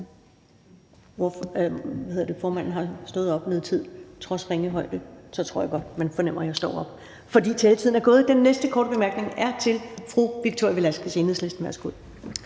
Formanden har stået op nogen tid. Trods ringe højde tror jeg godt man fornemmer, at jeg står op, fordi taletiden er gået. Den næste korte bemærkning til fru Victoria Velasquez, Enhedslisten. Værsgo.